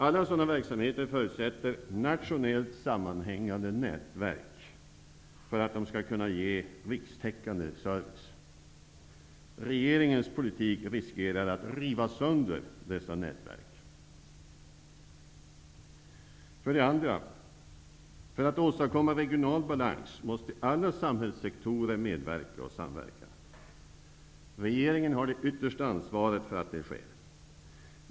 Alla sådana verksamheter förutsätter nationellt sammanhängande nätverk för att de skall kunna ge rikstäckande service. Regeringens politik riskerar att riva sönder dessa nätverk. För det andra: För att åstadkomma regional balans måste alla samhällssektorer medverka och samverka. Regeringen har det yttersta ansvaret för att detta sker.